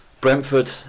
Brentford